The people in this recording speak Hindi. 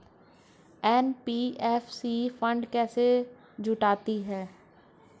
एन.बी.एफ.सी फंड कैसे जुटाती है?